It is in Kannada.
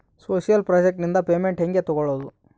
ಸೋಶಿಯಲ್ ಪ್ರಾಜೆಕ್ಟ್ ನಿಂದ ಪೇಮೆಂಟ್ ಹೆಂಗೆ ತಕ್ಕೊಳ್ಳದು?